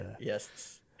yes